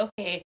okay